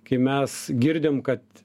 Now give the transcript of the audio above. kai mes girdim kad